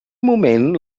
moment